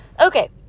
Okay